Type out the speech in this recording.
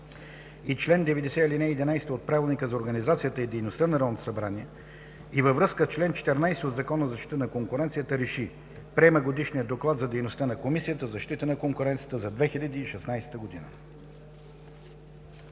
и чл. 90, ал. 11 от Правилника за организацията и дейността на Народното събрание, и във връзка с чл. 14 от Закона за защита на конкуренцията РЕШИ: Приема Годишния доклад за дейността на Комисията за защита на конкуренцията за 2016 г.“